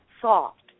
soft